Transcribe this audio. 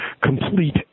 complete